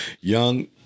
young